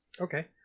Okay